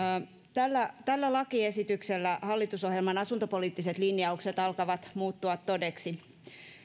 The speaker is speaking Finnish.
tällä tällä lakiesityksellä hallitusohjelman asuntopoliittiset linjaukset alkavat muuttua todeksi